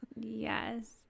Yes